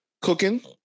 cooking